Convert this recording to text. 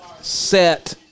set